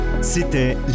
C'était